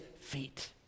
feet